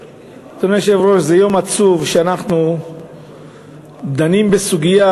היושב-ראש, זה יום עצוב שאנחנו דנים בסוגיה